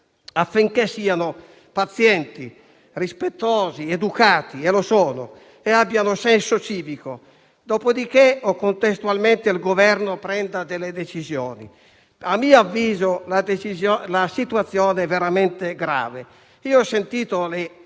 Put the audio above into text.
affinché siano pazienti, rispettosi, educati (lo sono) e abbiano senso civico. Dopodiché è necessario che contestualmente il Governo prenda delle decisioni. A mio avviso la situazione è veramente grave. Ho sentito le